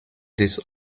des